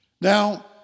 Now